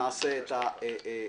נעשה את המעבר